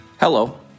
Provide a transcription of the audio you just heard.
Hello